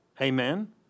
Amen